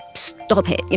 stop it,